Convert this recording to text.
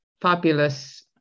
fabulous